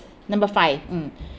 number five mm